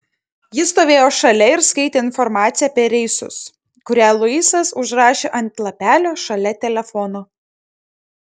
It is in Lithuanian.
ji stovėjo šalia ir skaitė informaciją apie reisus kurią luisas užrašė ant lapelio šalia telefono